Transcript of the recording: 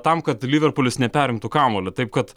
tam kad liverpulis neperimtų kamuolio taip kad